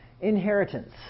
inheritance